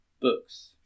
books